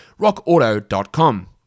rockauto.com